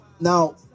Now